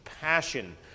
passion